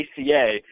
ACA